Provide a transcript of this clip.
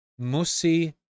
Musi